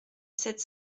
sept